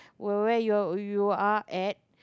where you you are at